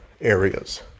areas